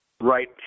Right